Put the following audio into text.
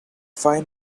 fine